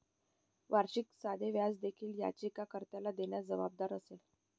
वार्षिक साधे व्याज देखील याचिका कर्त्याला देण्यास जबाबदार असेल